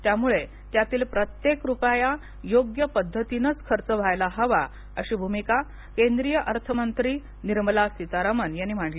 त्यामुळे त्यातील प्रत्येक रूपया योग्य पद्धतीनेच खर्च व्हायला हवा अशी भूमिका केंद्रीय अर्थमंत्री निर्मला सितारमन यांनी मांडली